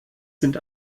sind